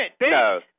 No